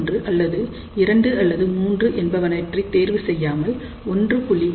01 அல்லது 2 அல்லது 3 என்பனவற்றை தேர்வு செய்யாமல் 1